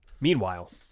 Meanwhile